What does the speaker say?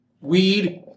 weed